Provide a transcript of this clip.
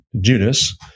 Judas